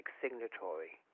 signatory